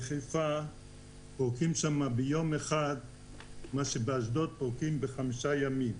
בחיפה פורקים ביום אחד מה שבאשדוד פורקים בחמישה ימים.